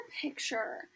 picture